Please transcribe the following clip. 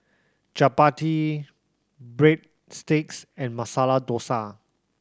Chapati Breadsticks and Masala Dosa